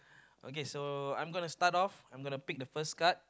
okay so I'm gonna start off I'm gonna pick the first card